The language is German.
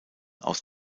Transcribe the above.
aus